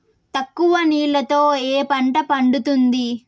తక్కువ నీళ్లతో ఏ పంట పండుతుంది?